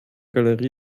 galerie